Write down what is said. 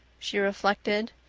she reflected.